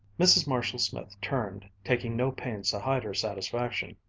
mrs. marshall-smith turned, taking no pains to hide her satisfaction.